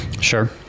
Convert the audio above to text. Sure